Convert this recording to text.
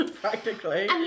practically